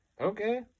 Okay